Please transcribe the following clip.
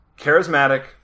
charismatic